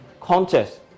contest